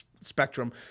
spectrum